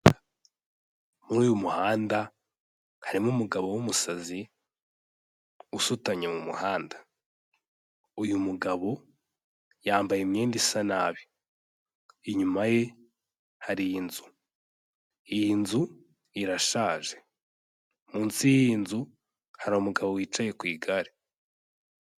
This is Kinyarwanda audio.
Muri uyu muhanda harimo umugabo w'umusazi usutamye mu muhanda. Uyu mugabo yambaye imyenda isa nabi, inyuma ye hari inzu, iyi nzu irashaje, munsi y'iyi nzu hari umugabo wicaye ku igare.